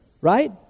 right